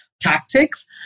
tactics